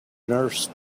nurse